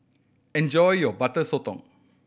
enjoy your Butter Sotong